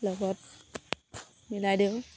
লগত মিলাই দিওঁ